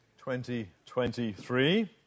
2023